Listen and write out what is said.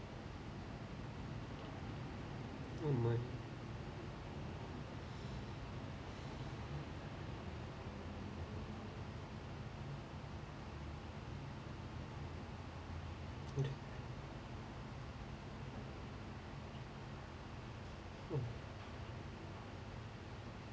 oh no